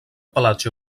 pelatge